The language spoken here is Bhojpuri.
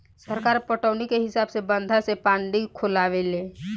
सरकार पटौनी के हिसाब से बंधा से पानी खोलावे ले